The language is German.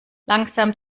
langsam